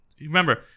remember